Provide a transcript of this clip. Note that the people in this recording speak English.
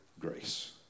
grace